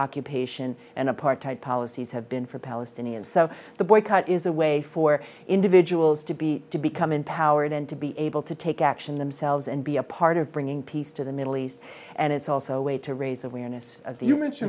occupation and apartheid policies have been for palestinians so the boycott is a way for individuals to be to become empowered and to be able to take action themselves and be a part of bringing peace to the middle east and it's also a way to raise awareness of the